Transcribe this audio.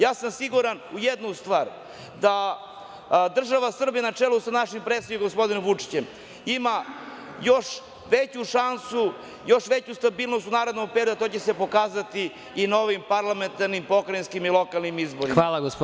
Ja sam siguran u jednu stvar, da država Srbija na čelu sa našim predsednikom, gospodinom Vučićem, ima još veću šansu, još veću stabilnost u narednom periodu, a to će se pokazati i na ovim parlamentarnim, pokrajinskim i lokalnim izborima.